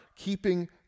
keeping